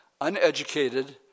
uneducated